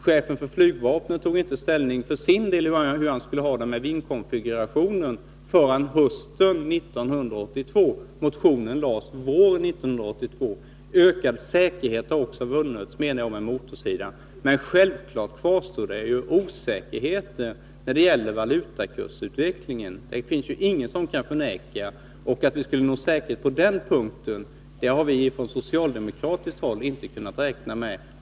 Chefen för flygvapnet tog för sin del inte ställning till hur man skulle ha det med vindkonfigurationen förrän hösten 1982. Motionen väcktes våren 1982. Ökad säkerhet har också vunnits på motorsidan. Men självfallet kvarstår osäkerhet när det gäller valutakursutvecklingen. Det finns ju ingen som kan förneka det. Att vi skulle nå säkerhet på den punkten har vi från socialdemokratiskt håll inte räknat med.